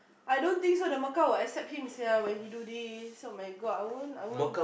I don't think so the Mecca would accept him sia when he do this oh-my-God I won't I won't